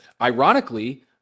ironically